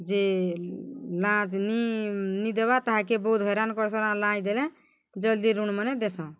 ଯେ ଲାଞ୍ଚ୍ ନି ନି ଦେବା ତାହାକେ ବହୁତ୍ ହଇରାଣ୍ କର୍ସନ୍ ଆର୍ ଲାଞ୍ଚ୍ ଦେଲେ ଜଲ୍ଦି ଋଣ୍ମନେ ଦେସନ୍